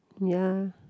ya